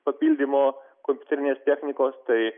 papildymo kompiuterinės technikos tai